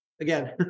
Again